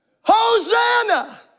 Hosanna